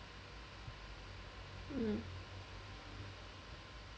mm